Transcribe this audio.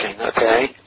okay